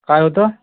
काय होतं